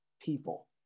people